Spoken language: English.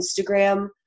Instagram